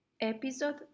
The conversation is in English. Episode